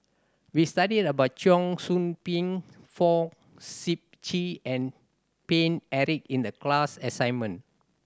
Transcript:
we studied about Cheong Soon Ping Fong Sip Chee and Paine Eric in the class assignment